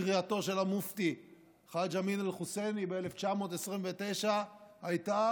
קריאתו של המופתי חאג' אמין אל-חוסייני ב-1929 הייתה